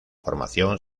formación